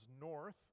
north